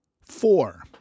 Four